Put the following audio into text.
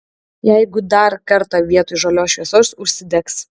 jeigu dar kartą vietoj žalios šviesos užsidegs